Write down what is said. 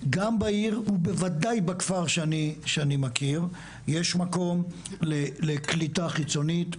גם בעיר ובוודאי בכפר שאני מכיר יש מקום לקליטה חיצונית,